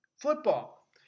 Football